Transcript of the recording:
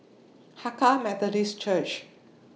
Hakka Methodist Church